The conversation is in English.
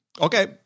okay